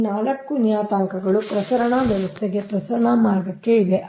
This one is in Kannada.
ಈ ನಾಲ್ಕು ನಿಯತಾಂಕಗಳು ಪ್ರಸರಣ ವ್ಯವಸ್ಥೆಗೆ ಪ್ರಸರಣ ಮಾರ್ಗಕ್ಕೆ ಇವೆ